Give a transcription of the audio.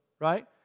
Right